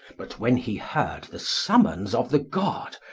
but when he heard the summons of the god,